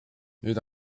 nüüd